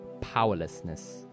powerlessness